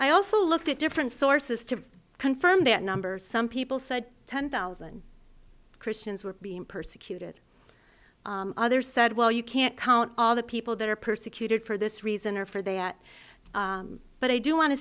i also looked at different sources to confirm their numbers some people said ten thousand christians were being persecuted others said well you can't count all the people that are persecuted for this reason or for that but i do want to